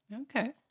Okay